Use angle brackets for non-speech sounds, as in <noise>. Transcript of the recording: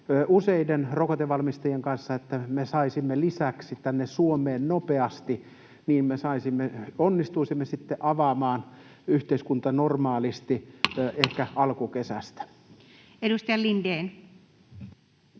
useiden rokotevalmistajien kanssa, että me saisimme lisää tänne Suomeen nopeasti, niin että me onnistuisimme sitten avaamaan yhteiskuntaa normaalisti <noise> ehkä alkukesästä. Edustaja Lindén.